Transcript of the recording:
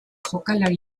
jokalari